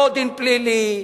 לא דין פלילי,